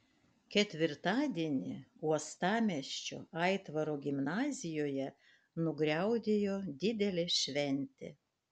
ketvirtadienį uostamiesčio aitvaro gimnazijoje nugriaudėjo didelė šventė